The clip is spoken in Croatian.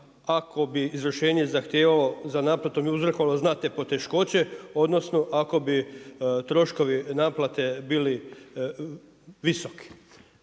ako bi izvršenje zahtijevalo za naplatu bi uzrokovalo znatne poteškoće, odnosno, ako bi troškovi naplate bili visoki.